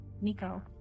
Nico